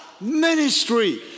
Ministry